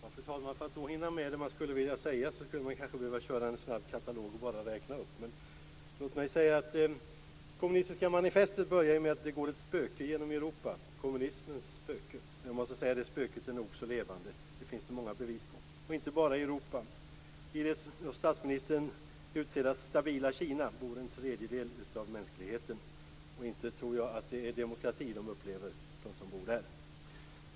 Fru talman! För att hinna med det man skulle vilja säga skulle man kanske behöva köra en snabb katalog och bara räkna upp. Men låt mig säga att Kommunistiska manifestet ju börjar: Det går ett spöke genom Europa - kommunismens spöke. Jag måste säga att det spöket är nog så levande. Det finns det många bevis för, inte bara i Europa. I det som statsministern utsett till det stabila Kina bor en tredjedel av mänskligheten. Inte tror jag att det är demokrati de upplever, de som bor där.